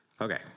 Okay